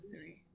three